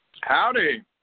Howdy